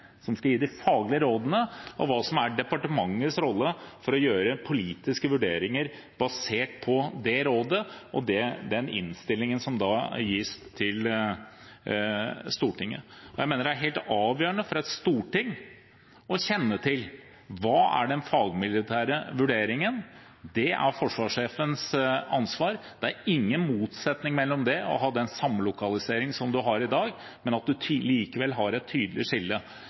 som skal gi de faglige rådene, og hva som er departementets rolle – for å gjøre politiske vurderinger basert på det rådet og den innstillingen som gis til Stortinget. Jeg mener det er helt avgjørende for et storting å kjenne til hva som er den fagmilitære vurderingen. Det er forsvarssjefens ansvar. Det er ingen motsetning mellom det og å ha den samlokaliseringen man har i dag – men at man likevel har et tydelig skille.